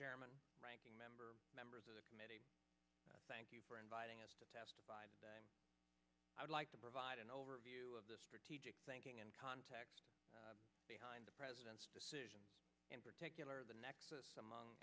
chairman ranking member members of the committee thank you for inviting us to testify but i would like to provide an overview of the strategic thinking and context behind the president's decision in particular the nexus among